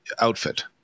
outfit